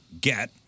get